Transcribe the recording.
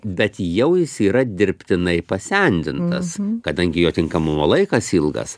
bet jau jis yra dirbtinai pasendintas kadangi jo tinkamumo laikas ilgas